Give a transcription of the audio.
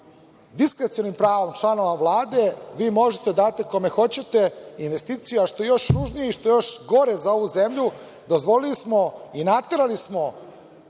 diskrecionim pravom članova Vlade vi možete da dajete kome hoćete investiciju, a što je još ružnije i što je još gore za ovu zemlju, dozvolili smo i naterali smo,